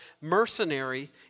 mercenary